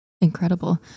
Incredible